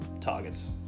targets